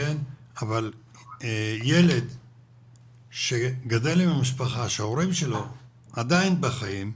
אבל ילד שגדל עם המשפחה שההורים שלו עדיין בחיים,